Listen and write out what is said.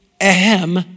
ahem